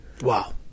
Wow